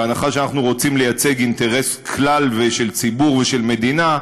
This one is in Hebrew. בהנחה שאנחנו רוצים לייצג אינטרס כללי של ציבור ושל מדינה,